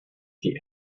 die